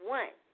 one